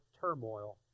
turmoil